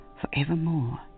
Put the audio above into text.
forevermore